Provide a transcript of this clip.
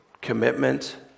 commitment